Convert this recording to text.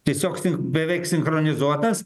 tiesiog beveik sinchronizuotas